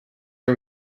are